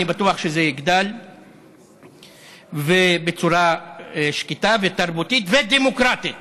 אני בטוח שזה יגדל בצורה שקטה ותרבותית ודמוקרטית